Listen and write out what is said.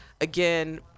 again